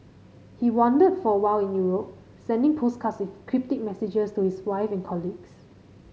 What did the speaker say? he wandered for a while in Europe sending postcards with cryptic messages to his wife and colleagues